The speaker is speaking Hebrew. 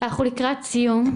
לקראת סיום.